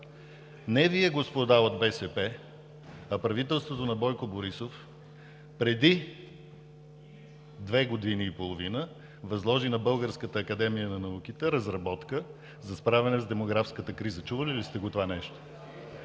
Не Вие, господа от БСП, а правителството на Бойко Борисов преди две години и половина възложи на Българската академия на науките разработка за справяне с демографската криза. Чували ли сте го това нещо?